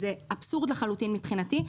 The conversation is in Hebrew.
זה אבסורד לחלוטין מבחינתי.